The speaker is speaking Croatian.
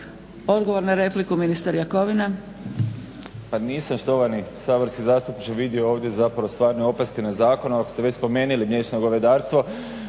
**Jakovina, Tihomir (SDP)** Pa nisam štovani saborski zastupniče vidio ovdje zapravo stvarne opaske na zakon. Ali ako ste već spomenuli mliječno govedarstvo,